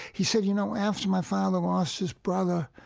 he said, you know, after my father lost his brother,